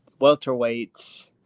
welterweights